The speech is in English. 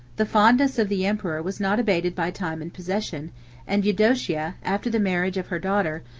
the fondness of the emperor was not abated by time and possession and eudocia, after the marriage of her daughter,